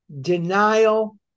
denial